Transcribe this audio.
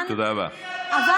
באה בטענות?